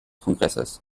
kongresses